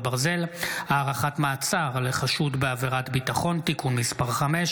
ברזל) (הארכת מעצר לחשוד בעבירת ביטחון) (תיקון מס' 5),